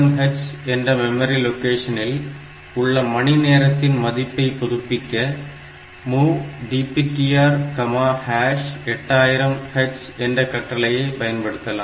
8000H என்ற memory லொகேஷனில் உள்ள மணி நேரத்தின் மதிப்பை புதுப்பிக்க MOV DPTR8000 H என்ற கட்டளையை பயன்படுத்தலாம்